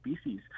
species